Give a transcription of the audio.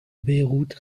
beyrouth